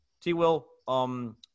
T-Will